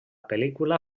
pel·lícula